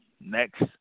next